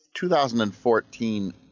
2014